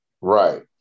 Right